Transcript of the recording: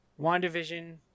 WandaVision